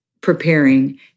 preparing